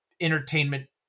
entertainment